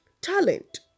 talent